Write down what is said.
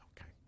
Okay